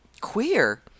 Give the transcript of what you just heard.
queer